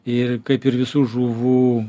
ir kaip ir visų žuvų